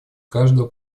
каждого